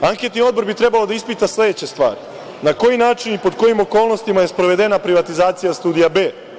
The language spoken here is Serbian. Anketni odbor bi trebao da ispita sledeće stvari: na koji način i pod kojim okolnostima je sprovedena privatizacija Studija B?